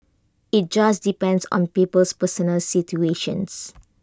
IT just depends on people's personal situations